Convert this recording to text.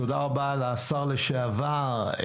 תודה רבה לשר לשעבר.